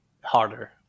harder